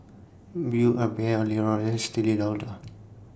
Build A Bear L'Oreal and Estee Lee Lauder